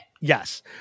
Yes